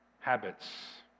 habits